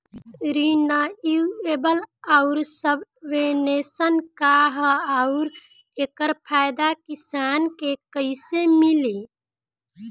Renewable आउर subvention का ह आउर एकर फायदा किसान के कइसे मिली?